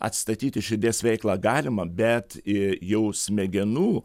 atstatyti širdies veiklą galima bet jau smegenų